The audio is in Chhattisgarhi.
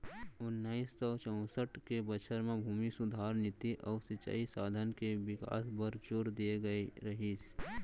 ओन्नाइस सौ चैंसठ के बछर म भूमि सुधार नीति अउ सिंचई साधन के बिकास बर जोर दिए गए रहिस